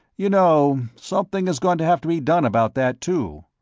you know, something is going to have to be done about that, too,